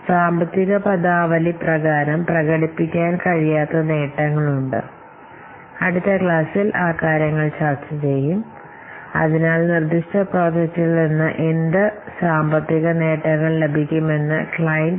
സാമ്പത്തിക ആനുകൂല്യത്തിന്റെ കാര്യത്തിൽ ചില ആനുകൂല്യങ്ങൾ പ്രകടിപ്പിക്കാനിടയില്ലെന്ന് നമ്മൾക്കറിയാം സാമ്പത്തിക പദാവലികൾ മോണിറ്ററിംഗ് നിബന്ധനകളിലോ സാമ്പത്തിക നിബന്ധനകളിലോ പ്രകടിപ്പിക്കാവുന്നതും പ്രകടിപ്പിക്കാൻ കഴിയാത്തതുമായ വ്യത്യസ്ത തരം ആനുകൂല്യങ്ങളും ചെലവും നമ്മൾ കാണും അവ അടുത്ത ക്ലാസ്സിൽ നോക്കാം